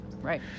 Right